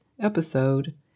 episode